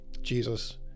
Jesus